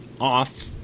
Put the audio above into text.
off